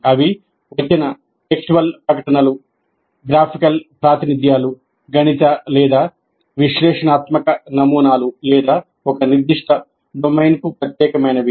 అవి వచన ప్రకటనలు గ్రాఫికల్ ప్రాతినిధ్యాలు గణిత లేదా విశ్లేషణాత్మక నమూనాలు లేదా ఒక నిర్దిష్ట డొమైన్కు ప్రత్యేకమైనవి